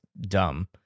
dumb